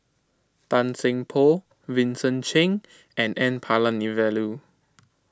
Tan Seng Poh Vincent Cheng and N Palanivelu